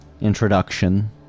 introduction